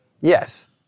Yes